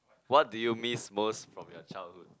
what do you miss most from your childhood